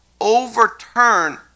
overturn